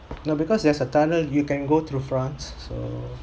no because there's a tunnel you can go through france so